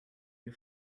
you